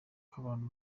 nk’abantu